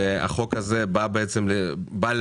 והחוק הזה בא לבטא